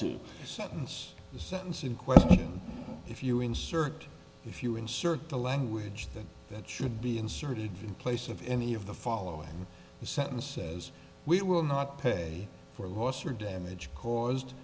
to sentence the sentence in question if you insert if you insert the language that should be inserted place of any of the following the sentence says we will not pay for loss or damage caused